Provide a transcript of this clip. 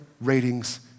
ratings